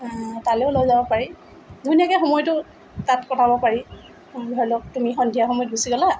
তালৈও লৈ যাব পাৰি ধুনীয়াকৈ সময়টো তাত কটাব পাৰি ধৰি লওক তুমি সন্ধিয়া সময়ত গুচি গ'লা